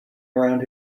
around